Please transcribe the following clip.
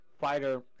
fighter